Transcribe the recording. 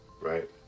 right